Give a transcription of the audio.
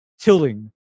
tilling